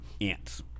ants